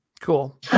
Cool